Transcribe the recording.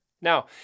Now